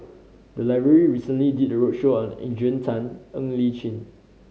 the library recently did a roadshow on Adrian Tan Ng Li Chin